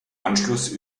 anschluss